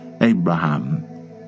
Abraham